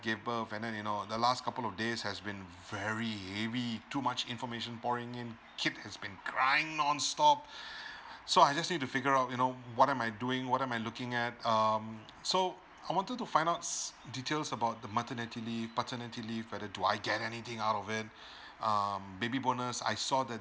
gave birth and then you know the last couple of days has been very heavy too much information pouring in kid has been crying non stop so I just need to figure out you know what am I doing what am I looking at um so I wanted to find outs details about the maternity leave paternity leave whether do I get anything out of it um baby bonus I saw that